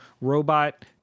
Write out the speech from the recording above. robot